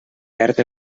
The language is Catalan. perd